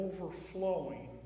overflowing